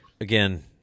Again